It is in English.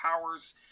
powers